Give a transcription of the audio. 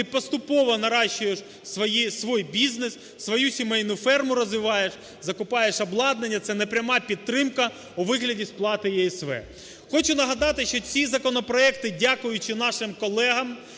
ти поступово наращиваешь свой бизнес, свою сімейну ферму розвиваєш, закупаєш обладнання. Це непряма підтримка у вигляді сплати ЄСВ. Хочу нагадати, що ці законопроекти, дякуючи нашим колегам,